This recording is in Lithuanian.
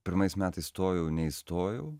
pirmais metais stojau neįstojau